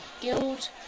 guild